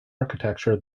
architecture